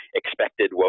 expected